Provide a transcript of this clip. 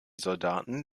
soldaten